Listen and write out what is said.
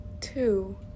two